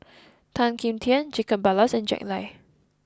Tan Kim Tian Jacob Ballas and Jack Lai